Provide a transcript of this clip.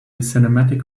cinematic